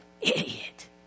Idiot